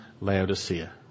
Laodicea